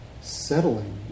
settling